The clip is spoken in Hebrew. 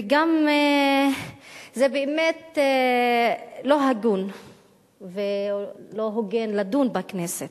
וגם זה באמת לא הגון ולא הוגן לדון בכנסת,